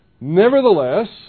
Nevertheless